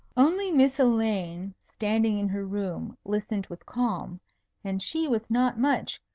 only miss elaine standing in her room listened with calm and she with not much,